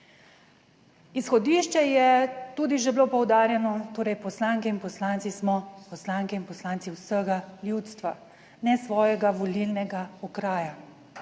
Izhodišče je tudi že bilo poudarjeno, torej poslanke in poslanci smo poslanke in poslanci vsega ljudstva, ne svojega volilnega okraja.